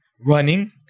running